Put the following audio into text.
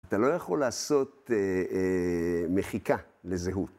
אתה לא יכול לעשות מחיקה לזהות.